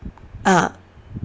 uh